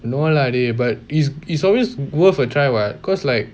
no lah dey but it's it's always worth a try [what] cause like